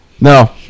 No